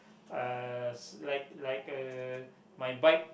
uh like like uh my bike